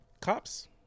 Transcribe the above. cops